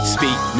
Speak